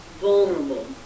vulnerable